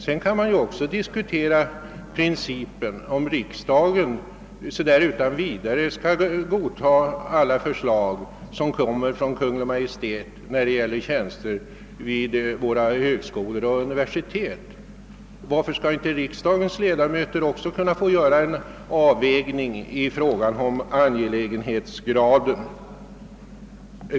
Sedan kan man ju diskutera principen, om riksdagen utan vidare skall godta alla förslag som kommer från Kungl. Maj:t, när det gäller inrättandet av tjänster vid våra högskolor och universitet. Varför skall inte riksdagens ledamöter också få göra en avvägning i fråga om angelägenhetsgraden?